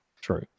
True